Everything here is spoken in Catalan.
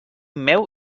meu